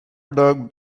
dog